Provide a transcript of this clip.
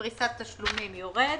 פריסת תשלומים יורד.